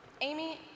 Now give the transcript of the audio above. Amy